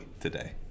today